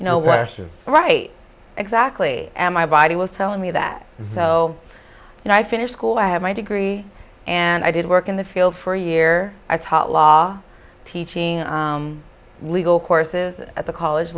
g right exactly and my body was telling me that so when i finish school i have my degree and i did work in the field for a year i taught law teaching legal courses at the college